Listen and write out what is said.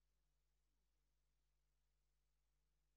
תם